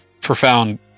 profound